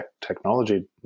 technology